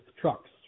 trucks